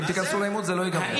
אם תיכנסו לעימות, זה לא ייגמר.